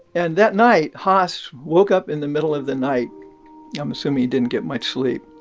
and that night, haast woke up in the middle of the night i'm assuming he didn't get much sleep.